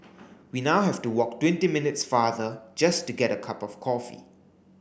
we now have to walk twenty minutes farther just to get a cup of coffee